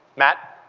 matt